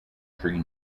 tree